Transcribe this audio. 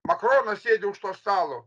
makronas sėdi už to stalo